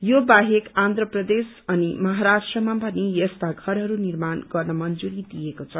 यो बाहेक आन्ध्र प्रदेश अनि महाराष्ट्रमा पनि यस्ता घरहरू निर्माण गर्ने मंजूरी दिइएको छ